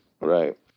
Right